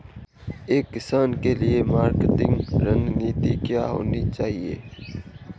एक किसान के लिए मार्केटिंग रणनीति क्या होनी चाहिए?